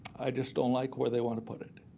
i just don't like where they want to put it.